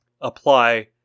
apply